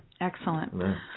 Excellent